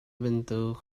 bantuk